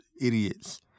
idiots